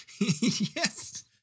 Yes